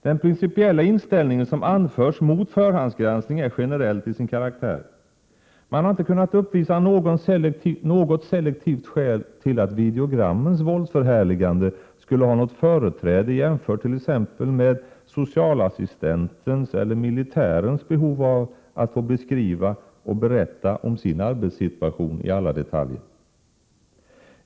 Den principiella inställning som anförs mot förhandsgranskning är generell till sin karaktär. Man har inte kunnat uppvisa något selektivt skäl till att videogrammens våldsförhärliganden skulle ha något företräde jämfört med t.ex. socialassistentens eller militärens behov av att få beskriva och berätta om sin arbetssituation i alla detaljer.